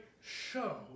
show